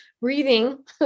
breathing